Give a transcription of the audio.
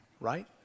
right